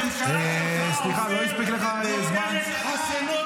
--- אף אחד לא דיבר על משפחות הפשע.